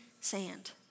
sand